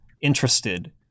interested